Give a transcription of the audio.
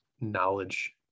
knowledge